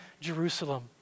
Jerusalem